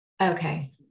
Okay